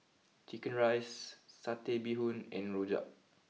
Chicken Rice Satay Bee Hoon and Rojak